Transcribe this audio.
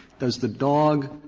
does the dog,